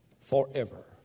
forever